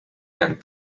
and